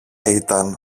ήταν